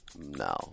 No